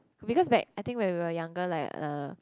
because like I think when we are younger like a